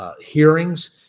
hearings